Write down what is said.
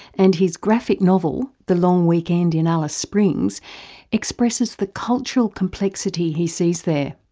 and his graphic novel the long weekend in alice springs expresses the cultural complexity he sees there.